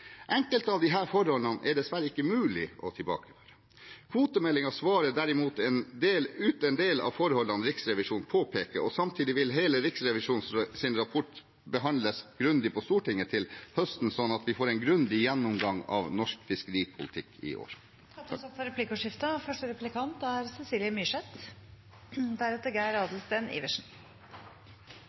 Enkelte av disse forholdene er det dessverre ikke mulig å tilbakeføre. Kvotemeldingen svarer derimot på en del av forholdene Riksrevisjonen påpeker. Samtidig vil hele Riksrevisjonens rapport behandles grundig på Stortinget til høsten, slik at vi får en grundig gjennomgang av norsk fiskeripolitikk i år. Det blir replikkordskifte.